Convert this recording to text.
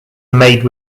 made